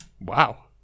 wow